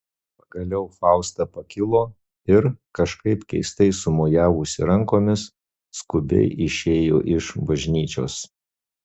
pagaliau fausta pakilo ir kažkaip keistai sumojavusi rankomis skubiai išėjo iš bažnyčios